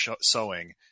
sewing